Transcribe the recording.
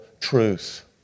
truth